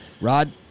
Rod